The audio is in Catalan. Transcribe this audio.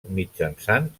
mitjançant